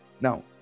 Now